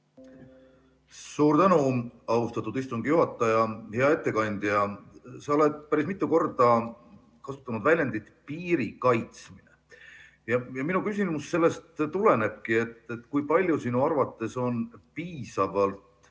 Suur tänu, austatud istungi juhataja! Hea ettekandja! Sa oled päris mitu korda kasutanud väljendit "piiri kaitsmine". Minu küsimus sellest tulenebki, et kui palju sinu arvates on piisavalt